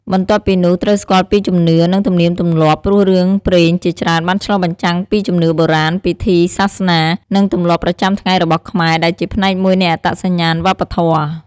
បន្ទាប់ពីនោះ ត្រូវស្គាល់ពីជំនឿ និងទំនៀមទម្លាប់ ព្រោះរឿងព្រេងជាច្រើនបានឆ្លុះបញ្ចាំងពីជំនឿបុរាណ ពិធីសាសនា និងទម្លាប់ប្រចាំថ្ងៃរបស់ខ្មែរ ដែលជាផ្នែកមួយនៃអត្តសញ្ញាណវប្បធម៌។